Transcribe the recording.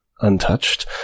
untouched